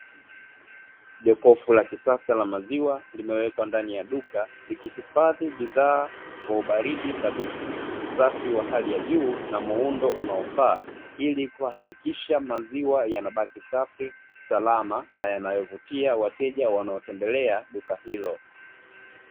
Jokofu la kisasa la maziwa limewekwa ndani ya duka likihifadhi bidhaa kwa ubaridi thabiti, usafi wa hali ya juu na muundo unaofaa ili kuhakikisha maziwa yanabaki safi, salama na yanayovutia wateja wanaotembelea duka hilo.